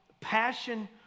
passion